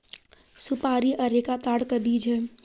सुपारी अरेका ताड़ का बीज है